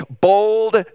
bold